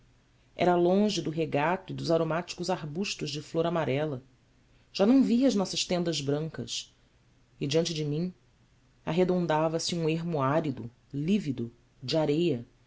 era longe do regato e dos aromáticos arbustos de flor amarela já não via as nossas tendas brancas e diante de mim arredondava se um ermo árido lívido de areia